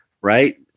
Right